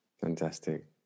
Fantastic